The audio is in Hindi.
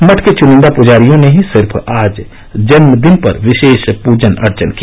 मठ के चुनिंदा पजारियों ने ही सिर्फ आज जन्म दिन पर विशेष पूजन अर्चन किया